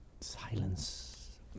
Silence